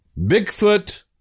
Bigfoot